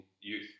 youth